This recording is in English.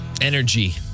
Energy